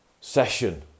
session